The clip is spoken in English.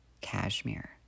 Cashmere